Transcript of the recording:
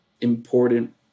important